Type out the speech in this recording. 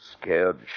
Scared